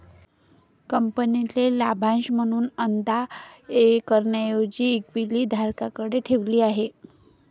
कंपनीने लाभांश म्हणून अदा करण्याऐवजी इक्विटी धारकांकडे ठेवली आहे